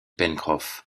pencroff